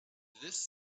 this